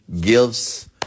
gifts